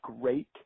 great